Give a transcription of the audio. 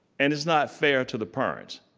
and it's not fair to the parents.